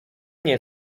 nie